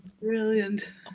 Brilliant